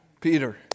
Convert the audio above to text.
Peter